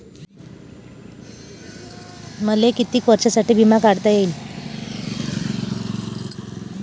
मले कितीक वर्षासाठी बिमा काढता येईन?